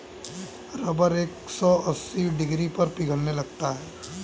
rubber एक सौ अस्सी डिग्री पर पिघलने लगता है